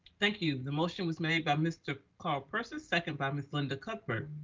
thank you. the motion was made by mr. carl persis second by ms. linda cuthbert.